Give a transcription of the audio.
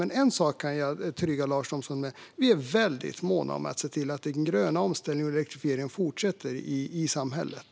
Men en sak kan jag trygga Lars Thomsson med: Vi är väldigt måna om att se till att den gröna omställningen och elektrifieringen fortsätter i samhället.